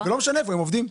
ולא משנה איפה הם עובדים.